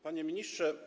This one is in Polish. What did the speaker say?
Panie Ministrze!